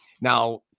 Now